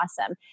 awesome